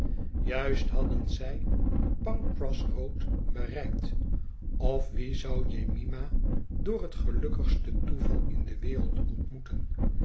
juist hadden zij pancr ass road bereikt of wie zou jemima door het gelukkigste toeval in de wereld ontmoeten